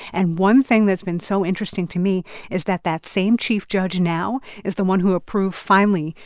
and one thing that's been so interesting to me is that that same chief judge now is the one who approved, finally,